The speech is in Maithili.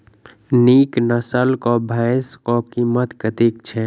नीक नस्ल केँ भैंस केँ कीमत कतेक छै?